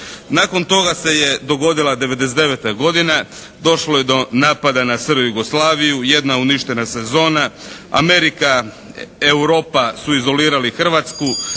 Nakon toga se dogodila '99. godina, došlo je do napada na SR Jugoslaviju, jedna uništena sezona, Amerika, Europa su izolirali Hrvatsku,